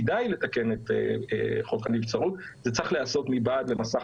כדאי לתקן את חוק הנבצרות אבל זה צריך להיעשות מבעד למסך